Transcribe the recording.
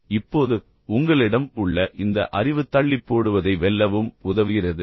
இப்போது உங்களிடம் உள்ள இந்த அறிவு தள்ளிப்போடுவதை வெல்லவும் உதவுகிறது